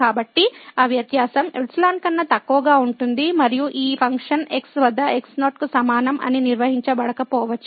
కాబట్టి ఆ వ్యత్యాసం ϵ కన్నా తక్కువగా ఉంటుంది మరియు ఈ ఫంక్షన్ x వద్ద x0 కు సమానం అని నిర్వచించబడకపోవచ్చు